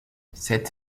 cette